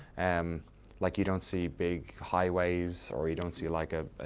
um like you don't see big highways or you don't see like a